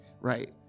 right